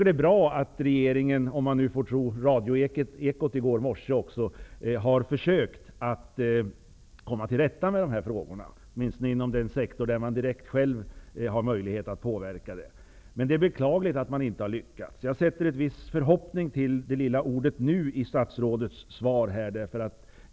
Det är bra att regeringen -- om man nu får tro radio Ekot i går morse -- har försökt att komma till rätta med dessa frågor, åtminstone inom den sektor där man själv har möjlighet att direkt påverka. Det är dock beklagligt att man inte har lyckats. Jag ställer en viss förhoppning till det lilla ordet ''nu'' i statsrådets svar.